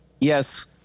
Yes